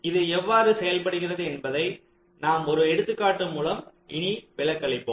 இது எவ்வாறு செயல்படுகிறது என்பதை நாம் ஒரு எடுத்துக்காட்டு மூலம் இனி விளக்கமளிப்போம்